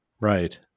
Right